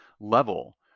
level